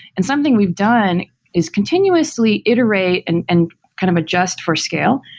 and something we've done is continuously iterate and and kind of adjust for scale.